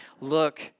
look